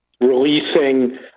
releasing